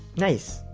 nice.